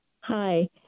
Hi